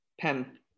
pen